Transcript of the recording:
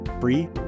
free